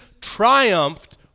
triumphed